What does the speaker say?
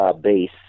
base